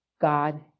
God